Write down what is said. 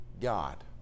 God